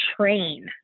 train